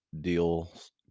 deals